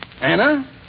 Anna